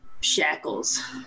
shackles